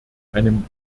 einem